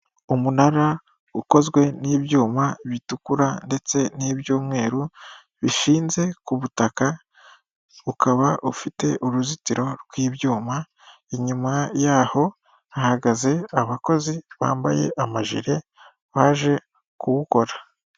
Umunara ukozwe n'ibyuma bitukura ndetse n'ibyumweru bishinze ku butaka, ukaba ufite uruzitiro rw'ibyuma inyuma yaho hahagaze abakozi bambaye amajire baje kuwukora.